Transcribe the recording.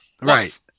right